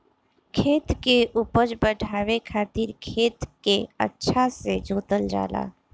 खेत के उपज बढ़ावे खातिर खेत के अच्छा से जोतल जाला